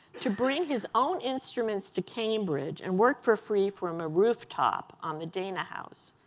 to bring his own instruments to cambridge and work for free from a rooftop on the dana house,